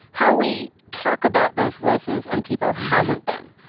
how we talk about those voices and people hasn't been.